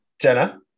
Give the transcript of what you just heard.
Jenna